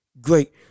great